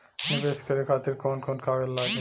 नीवेश करे खातिर कवन कवन कागज लागि?